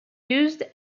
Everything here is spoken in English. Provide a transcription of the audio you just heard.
used